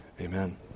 Amen